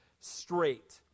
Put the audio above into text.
Straight